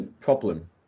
problem